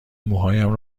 موهایم